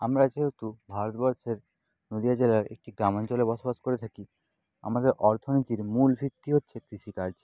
আমরা যেহেতু ভারতবর্ষের নদীয়া জেলার একটি গ্রামাঞ্চলে বসবাস করে থাকি আমাদের অর্থনীতির মূল ভিত্তি হচ্ছে কৃষিকাজ